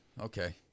okay